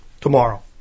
tomorrow